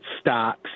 stocks